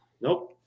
nope